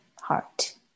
heart